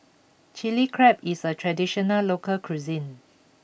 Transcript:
Chilli Crab is a traditional local cuisine